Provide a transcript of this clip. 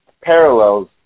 parallels